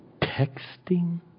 texting